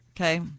Okay